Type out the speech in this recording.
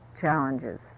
challenges